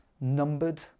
Numbered